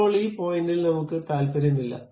ഇപ്പോൾ ഈ പോയിന്റിൽ നമുക്ക് താൽപ്പര്യമില്ല